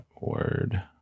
Word